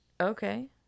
Okay